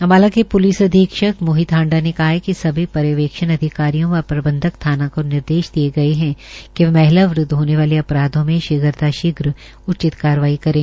अम्बाला के प्लिस अधीक्षक मोहित हाण्डा ने कहा है सभी पर्यवेक्षण अधिकारियों व प्रबन्धक थाना को निर्देश दिए गए हैं कि वह महिला विरूद्ध होने वाले अपराधों में शीघ्रातिशीघ्र उचित कार्यवाही करें